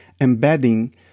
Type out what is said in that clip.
embedding